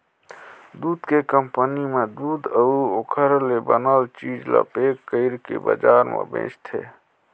दूद के कंपनी में दूद अउ ओखर ले बनल चीज ल पेक कइरके बजार में बेचथे